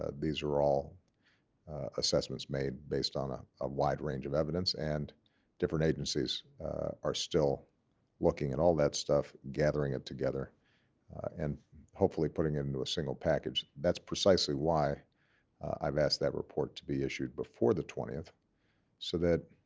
ah these are all assessments made based on ah a wide range of evidence and different agencies are still looking at all that stuff gathering it together and hopefully putting into a single package. that's precisely why i've asked that report to be issued before the twentieth so that